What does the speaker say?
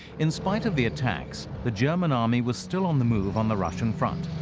in spite of the attacks, the german army was still on the move on the russian front,